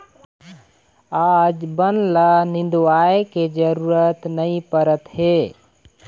आज बन ल निंदवाए के जरूरत नइ परत हे